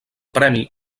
premi